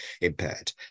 impaired